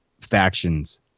factions